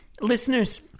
Listeners